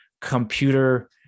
computer